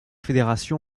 fédération